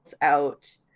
out